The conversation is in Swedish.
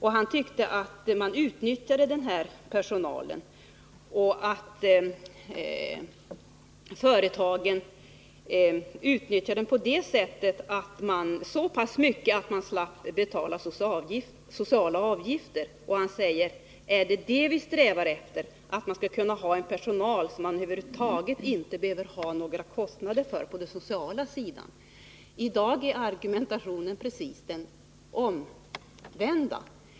Sven G. Andersson menade att företagen utnyttjar denna personal bara så pass mycket att de slipper betala sociala avgifter. Han sade: Är det vad vi strävar efter, att man skall kunna ha personal som man över huvud taget inte behöver ha kostnader för på den sociala sidan? I dag är argumentationen precis den omvända.